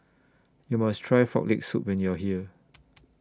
YOU must Try Frog Leg Soup when YOU Are here